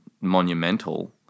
monumental